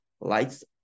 lights